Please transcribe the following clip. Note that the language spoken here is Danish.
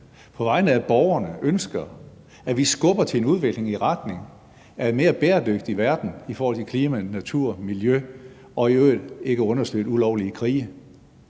på vegne af borgerne ønsker, at vi skubber til en udvikling i retning af en mere bæredygtig verden i forhold til klima, natur, miljø og i øvrigt ikke understøtter ulovlige krige.